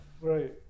right